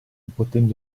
potendo